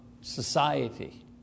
society